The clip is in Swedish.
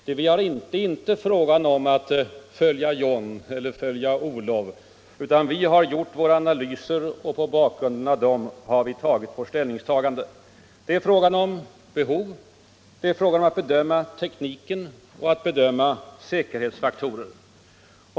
Det har inte varit fråga om att ”följa John” eller ”följa Olof”, utan vi har gjort våra analyser och mot bakgrund av dem har vi bedömt behovet av energi, tekniken och olika säkerhetsfaktorer.